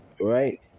right